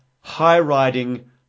high-riding